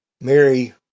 Mary